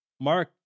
Mark